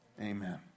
amen